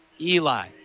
Eli